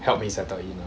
help me settle in